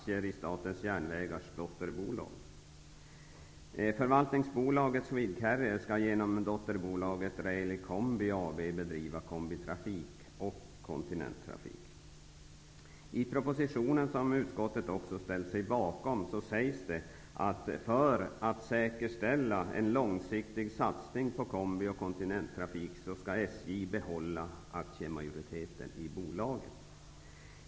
I propositionen, vars förslag också utskottet har ställt sig bakom, sägs det att för att säkerställa en långsiktig satsning på kombi och kontinenttrafik skall SJ behålla aktiemajoriteten i bolaget.